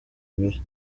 ibiri